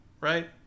right